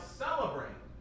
celebrate